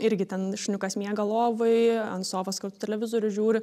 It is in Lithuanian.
irgi ten šuniukas miega lovoj ant sofos kartu televizorių žiūri